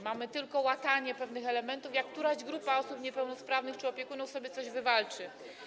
Mamy tylko łatanie pewnych elementów, jak któraś grupa osób niepełnosprawnych czy opiekunów sobie coś wywalczy.